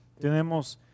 tenemos